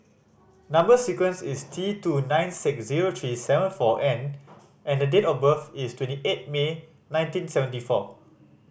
number sequence is T two nine six zero three seven four N and the date of birth is twenty eight May nineteen seventy four